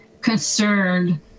concerned